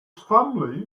family